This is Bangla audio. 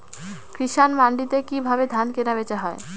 কৃষান মান্ডিতে কি ভাবে ধান কেনাবেচা হয়?